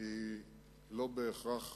היא לא בהכרח